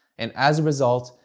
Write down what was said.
and as a result,